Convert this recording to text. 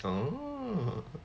oh